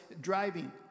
driving